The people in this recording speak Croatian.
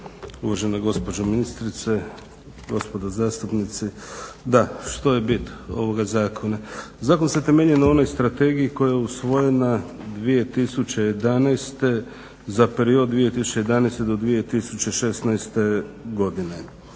uvažena gospođo ministrice, gospodo zastupnici. Da, što je bit ovoga zakona? Zakon se temelji na onoj strategiji koja je usvojena 2011. za period od 2011. do 2016. godine.